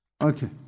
Okay